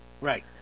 Right